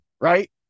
right